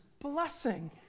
blessing